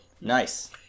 nice